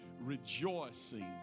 rejoicing